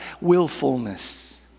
willfulness